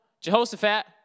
Jehoshaphat